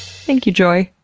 thank you, joy.